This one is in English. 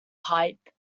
pipe